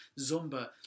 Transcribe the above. Zumba